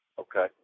Okay